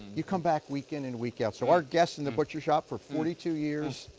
you come back week in and week out. so our guests in the butcher shop for forty two years,